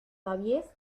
davies